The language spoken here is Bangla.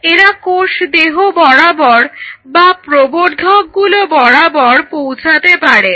এরা কোষদেহ বরাবর বা প্রবর্ধকগুলো বরাবর পৌঁছাতে পারে